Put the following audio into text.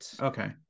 Okay